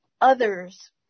others